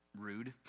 rude